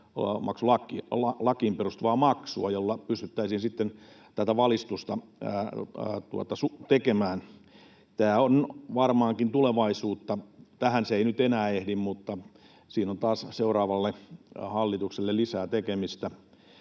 perustuvaa maksua, jolla pystyttäisiin sitten tätä valistusta tekemään. Tämä on varmaankin tulevaisuutta. Tähän se ei nyt enää ehdi, mutta siinä on taas seuraavalle hallitukselle lisää tekemistä.